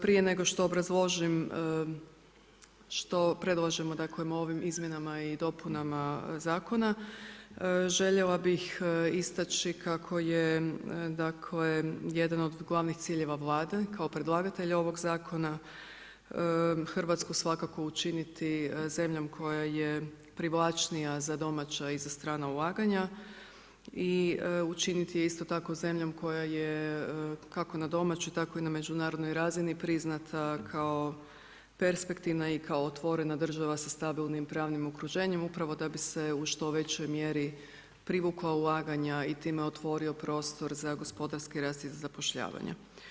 Prije nego što obrazložim što predlažemo dakle ovim izmjenama i dopunama zakona željela bih istaći kako je, dakle jedan od glavnih ciljeva Vlade kao predlagatelja ovog zakona Hrvatsku svakako učiniti zemljom koja je privlačnija za domaća i za strana ulaganja i učiniti je isto tako zemljom koja je kako na domaćoj tako i na međunarodnoj razini priznata kao perspektivna i kao otvorena država sa stabilnim pravnim okruženjem upravo da bi se u što većoj mjeri privukla ulaganja i time otvorio prostor za gospodarski rast i za zapošljavanje.